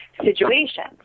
situations